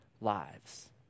lives